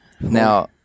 Now